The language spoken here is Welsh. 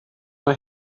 mae